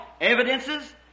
evidences